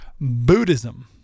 Buddhism